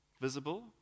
visible